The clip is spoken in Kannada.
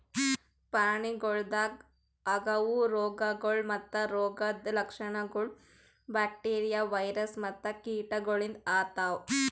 ಪ್ರಾಣಿಗೊಳ್ದಾಗ್ ಆಗವು ರೋಗಗೊಳ್ ಮತ್ತ ರೋಗದ್ ಲಕ್ಷಣಗೊಳ್ ಬ್ಯಾಕ್ಟೀರಿಯಾ, ವೈರಸ್ ಮತ್ತ ಕೀಟಗೊಳಿಂದ್ ಆತವ್